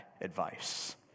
advice